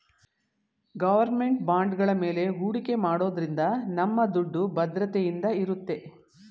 government ಬಾಂಡ್ಗಳ ಮೇಲೆ ಹೂಡಿಕೆ ಮಾಡೋದ್ರಿಂದ ನಮ್ಮ ದುಡ್ಡು ಭದ್ರತೆಯಿಂದ ಇರುತ್ತೆ